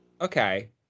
Okay